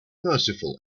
merciful